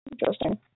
Interesting